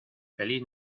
feliz